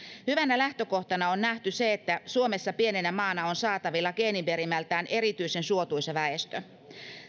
hyvänä lähtökohtana on nähty se että suomessa pienenä maana on saatavilla geeniperimältään erityisen suotuisa väestö